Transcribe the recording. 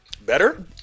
better